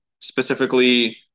specifically –